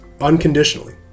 unconditionally